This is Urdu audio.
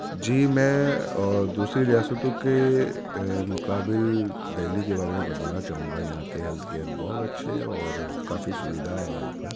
جی میں اور دوسری ریاستوں کے مقابل دہلی کے بارے میں بتانا چاہوں گا یہاں کے ہیلتھ کیئر بہت اچھے ہیں اور کافی سویدھا ہے یہاں پر